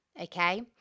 okay